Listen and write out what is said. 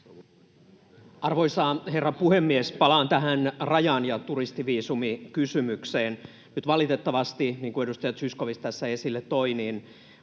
Arvoisa herra puhemies! Palaan tähän rajaan ja turistiviisumikysymykseen. Nyt valitettavasti, niin kuin edustaja Zyskowicz tässä esille toi,